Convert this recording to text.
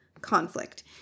conflict